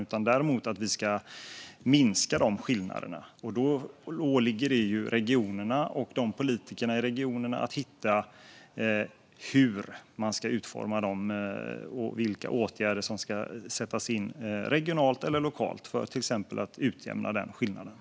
Däremot kan vi besluta om att vi ska minska dessa skillnader, och sedan åligger det regionerna och politikerna i regionerna att hitta hur man ska utforma detta och vilka åtgärder som ska sättas in regionalt eller lokalt för att till exempel utjämna dessa skillnader.